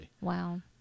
Wow